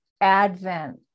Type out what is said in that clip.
advent